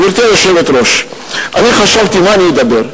גברתי היושבת-ראש, אני חשבתי, על מה אני אדבר,